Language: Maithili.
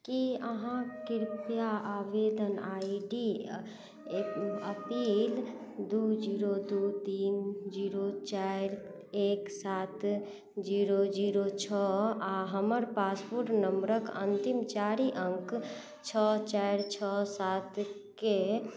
की अहाँ कृपया आवेदन आइ डी दू जीरो दू तीन जीरो चारि एक सात जीरो जीरो छओ आ हमर पासपोर्ट नम्बरक अन्तिम चारि अङ्क छओ चारि छओ सातकेँ